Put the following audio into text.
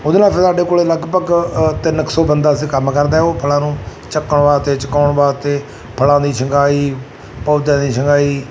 ਉਹਦੇ ਨਾਲ ਫਿਰ ਸਾਡੇ ਕੋਲ ਲਗਭਗ ਤਿੰਨ ਕੁ ਸੌ ਬੰਦਾ ਅਸੀਂ ਕੰਮ ਕਰਦਾ ਉਹ ਫਲਾਂ ਨੂੰ ਚੱਕਣ ਵਾਸਤੇ ਚਕਾਉਣ ਵਾਸਤੇ ਫਲਾਂ ਦੀ ਛੰਗਾਈ ਪੌਦਿਆ ਦੀ ਛੰਗਾਈ